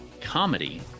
Comedy